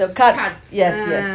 the carts yes yes